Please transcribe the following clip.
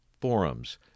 forums